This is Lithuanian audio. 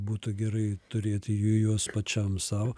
būtų gerai turėti jų juos pačiam sau